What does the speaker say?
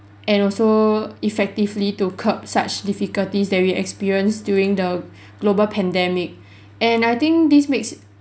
and also effectively to curb such difficulties that we experienced during the global pandemic and I think this makes